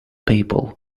people